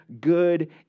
good